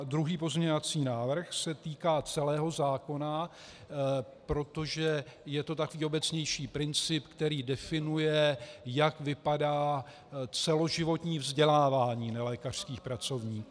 Druhý pozměňovací návrh se týká celého zákona, protože je to takový obecnější princip, který definuje, jak vypadá celoživotní vzdělávání nelékařských pracovníků.